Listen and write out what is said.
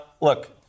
Look